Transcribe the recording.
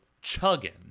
chugging